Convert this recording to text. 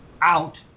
out